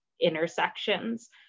intersections